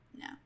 No